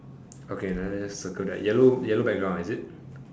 okay like that just circle that yellow yellow background is it